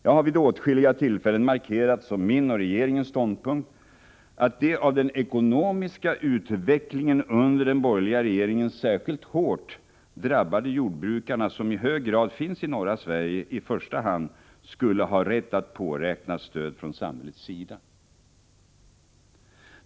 Jag har vid åtskilliga tillfällen markerat som min och regeringens ståndpunkt, att de av den ekonomiska utvecklingen under de borgerliga regeringarna särskilt hårt drabbade jordbrukarna, som i hög grad finns i norra Sverige, i första hand skulle ha rätt att påräkna stöd från samhällets sida.